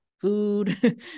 food